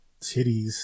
titties